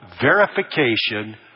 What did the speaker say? verification